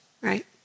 right